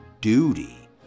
duty